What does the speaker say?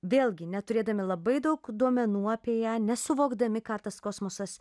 vėlgi neturėdami labai daug duomenų apie ją nesuvokdami ką tas kosmosas